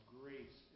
grace